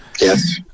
Yes